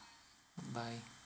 bye